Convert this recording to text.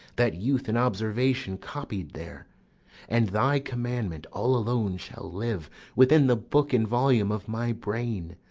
that youth and observation copied there and thy commandment all alone shall live within the book and volume of my brain,